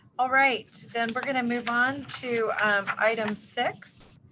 all right. then we are going to move on to um item six.